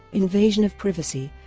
invasion of privacy,